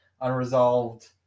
unresolved